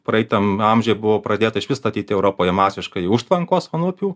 praeitam amžiuje buvo pradėta išvis statyti europoje masiškai užtvankos ant upių